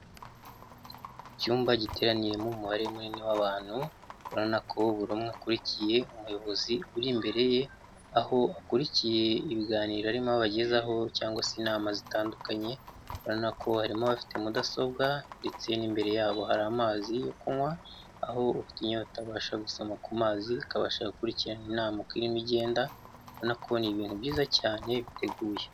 Icyumba giteraniyemo umubare munini w'abantu, urabonako buri umwe akurikiye umuyobozi uri imbere ye, aho akurikiye ibiganiro arimo abagezaho cyangwa se inama zitandukanye, urabonako harimo abafite mudasobwa ndetse n'imbere yabo hari amazi yo kunywa, aho ufite inyota abasha gusoma ku mazi akabasha gukurikirana inama uko irimo igenda, urabona ko ni ibintu byiza cyane biteguye.